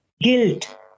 guilt